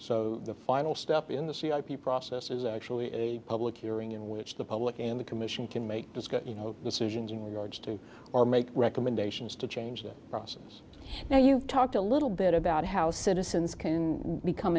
so the final step in the c i process is actually a public hearing in which the public and the commission can make discuss you know decisions in regards to or make recommendations to change that process now you've talked a little bit about how citizens can become